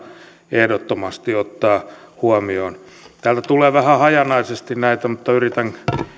ehdottomasti ottaa huomioon täältä tulee vähän hajanaisesti näitä mutta yritän